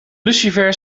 lucifer